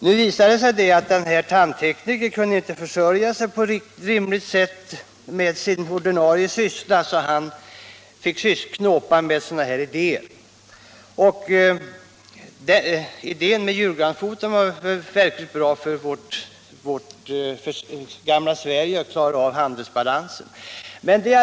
Nu visar det sig att den här teknikern inte kunde försörja sig på rimligt sätt med sin ordinarie syssla, så han fick knåpa med sådana här idéer. Idén med julgransfoten var verkligt bra när det gäller för vårt gamla Sverige att klara av handelsbalansen.